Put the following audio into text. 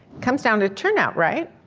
comes down to turnout, right?